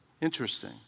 Interesting